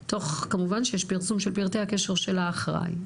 כמובן שיש פרסום של פרטי הקשר של האחראי.